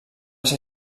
ser